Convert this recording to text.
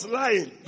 lying